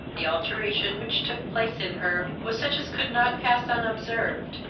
the alteration which took place in her was such as could not pass unobserved,